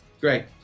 great